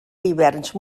hiverns